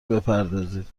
بپردازید